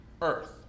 Earth